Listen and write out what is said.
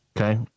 Okay